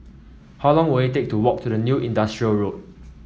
how long will it take to walk to the New Industrial Road